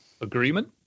Agreement